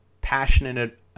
passionate